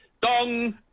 Dong